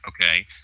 okay